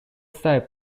side